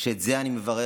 שאני מברך